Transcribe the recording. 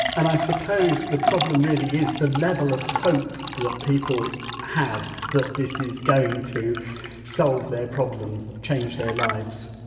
and i suppose the problem really is the level of hope that people have that this is going to solve their problem, change their lives.